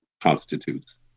constitutes